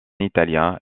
italien